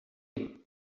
king